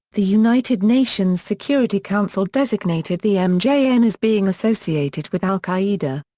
the united nations security council designated the mjn as being associated with al-qaida.